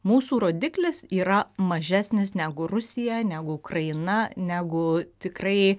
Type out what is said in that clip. mūsų rodiklis yra mažesnis negu rusija negu ukraina negu tikrai